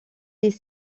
des